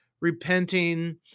repenting